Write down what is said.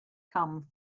come